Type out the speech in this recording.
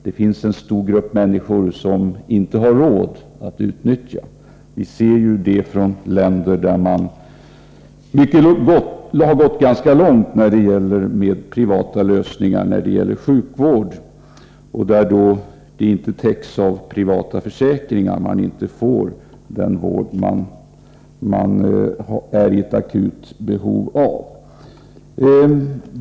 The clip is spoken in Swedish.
Det finns en stor grupp människor som inte har råd att utnyttja dessa alternativ. Vi kan se exempel på detta i länder där man har gått ganska långt när det gäller privata lösningar inom sjukvården: De som inte har privata försäkringar som täcker kostnaderna för denna vård får inte den vård de är i akut behov av.